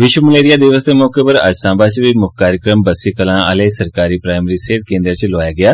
विश्व मलेरिया दिवस दे मौके अज्ज सांबा च मुक्ख कार्यक्रम बस्सी कलां आह्ले सरकारी प्राईमरी सेह्त केन्द च आयोजित कीता गेआ